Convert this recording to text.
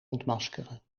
ontmaskeren